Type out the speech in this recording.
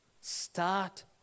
start